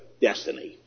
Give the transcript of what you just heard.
destiny